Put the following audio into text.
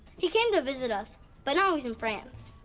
he came to visit us but now he's in france.